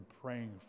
praying